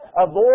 Avoid